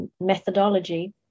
methodology